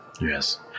yes